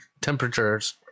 temperatures